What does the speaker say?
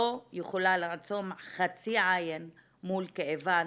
לא יכולה לעצום חצי עין מול כאבן,